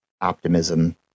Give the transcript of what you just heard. optimism